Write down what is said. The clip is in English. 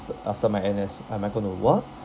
th~ after my N_S am I going to work